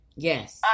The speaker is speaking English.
Yes